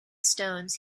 stones